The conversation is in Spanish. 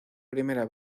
primera